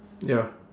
ya